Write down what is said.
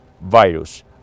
virus